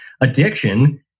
addiction